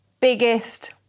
biggest